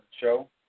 show